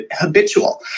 habitual